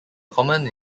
common